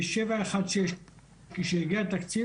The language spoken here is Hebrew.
ב-716 כשיגיע תקציב,